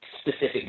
specific